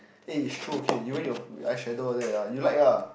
eh it's true okay you wear all your eye shadow all that ah you like ah